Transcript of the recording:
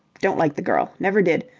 don't like the girl. never did.